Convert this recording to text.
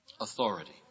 Authority